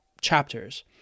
chapters